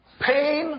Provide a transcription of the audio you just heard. pain